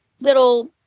little